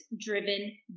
driven